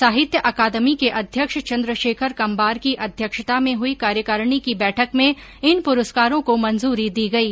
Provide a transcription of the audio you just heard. साहित्य अकादमी के अध्यक्ष चन्द्रशेखर कम्बार की अध्यक्षता में हुई कार्यकारिणी की बैठक में इन पुरस्कारों को मंजूरी दी गयी